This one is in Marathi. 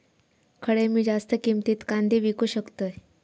खडे मी जास्त किमतीत कांदे विकू शकतय?